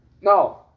No